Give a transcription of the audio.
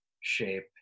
shape